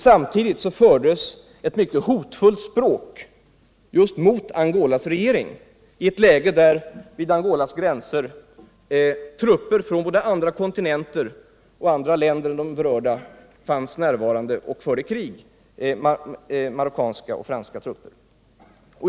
Samtidigt fördes ett mycket hotfullt språk just mot Angolas regering i ett läge där, vid Angolas gränser, trupper från andra kontinenter och andra länder än de berörda - Marocko och Frankrike — var närvarande och förde krig.